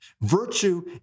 Virtue